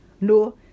No